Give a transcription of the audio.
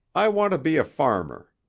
i want to be a farmer.